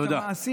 את המעשים.